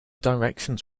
directions